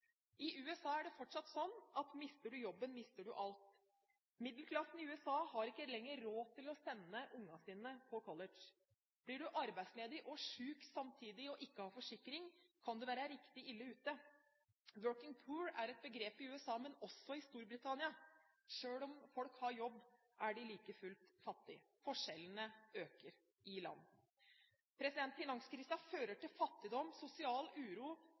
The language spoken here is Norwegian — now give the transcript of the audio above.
I USA er det fortsatt sånn at mister du jobben, mister du alt. Middelklassen i USA har ikke lenger råd til å sende ungene sine på college. Blir du arbeidsledig og syk samtidig og ikke har forsikring, kan du være riktig ille ute. «Working poor» er et begrep i USA, men også i Storbritannia – selv om folk har jobb, er de like fullt fattige. Forskjellene øker i disse landene. Finanskrisen fører til fattigdom, sosial uro,